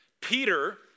Peter